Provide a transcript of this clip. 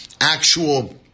actual